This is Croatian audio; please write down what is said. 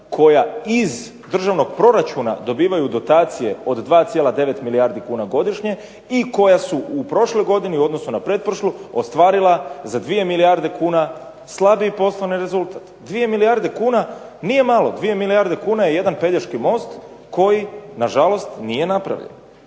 koja iz državnog proračuna dobivaju dotacije od 2,9 milijardi kuna godišnje i koja su prošloj godini u odnosu na pretprošlu ostvarila za 2 milijarde kuna slabiji poslovni rezultat. 2 milijarde kuna nije malo, 2 milijarde kuna je jedan Pelješki most koji nažalost nije napravljen.